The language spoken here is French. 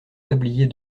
tablier